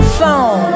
phone